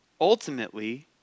Ultimately